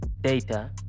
data